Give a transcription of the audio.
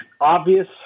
obvious